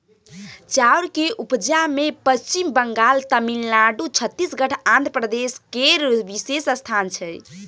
चाउर के उपजा मे पच्छिम बंगाल, तमिलनाडु, छत्तीसगढ़, आंध्र प्रदेश केर विशेष स्थान छै